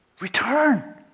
Return